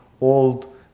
old